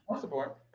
support